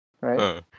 Right